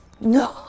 No